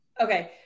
Okay